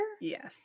Yes